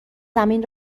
زمین